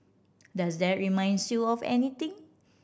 does that reminds you of anything